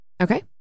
Okay